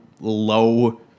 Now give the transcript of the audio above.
low